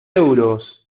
euros